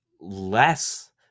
less